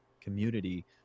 community